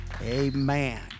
Amen